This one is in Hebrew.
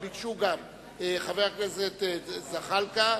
אבל ביקשו גם חבר הכנסת זחאלקה,